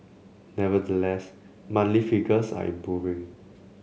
nevertheless monthly figures are improving